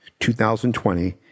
2020